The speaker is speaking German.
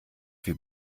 wie